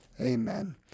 Amen